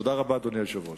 תודה רבה, אדוני היושב-ראש.